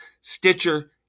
Stitcher